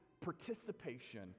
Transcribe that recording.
participation